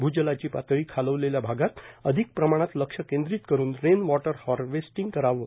भूजलाची पातळी खालवलेल्या भागात अधिक प्रमाणात लक्ष केंद्रीत करुन रेन वॉटर हार्वेस्टींगुरू करावं